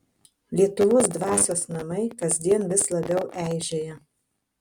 lietuvos dvasios namai kasdien vis labiau eižėja